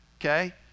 okay